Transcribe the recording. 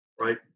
right